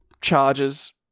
charges